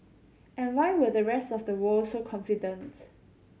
and why were the rest of the world so confident